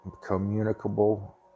communicable